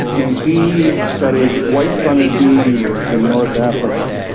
and he studied white fronted bee eaters in north africa.